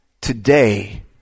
today